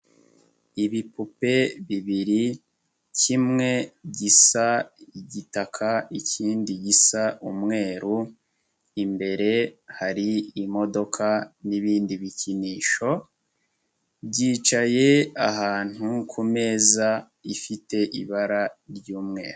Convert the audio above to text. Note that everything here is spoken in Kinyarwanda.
Ibipupe bibiri kimwe gisa igitaka ikindi gisa umweru, imbere hari imodoka n'ibindi bikinisho, byicaye ahantu ku meza ifite ibara ry'umweru.